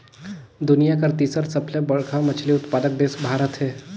दुनिया कर तीसर सबले बड़खा मछली उत्पादक देश भारत हे